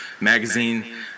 Magazine